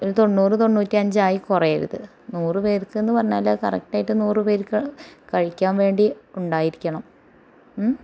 ഒരു തൊണ്ണൂറ് തൊണ്ണൂറ്റി അഞ്ചായി കുറയരുത് നൂറ് പേർക്കെന്ന് പറഞ്ഞാൽ അത് കറക്റ്റ് ആയിട്ട് നൂറ് പേർക്ക് കഴിക്കാൻ വേണ്ടി ഉണ്ടായിരിക്കണം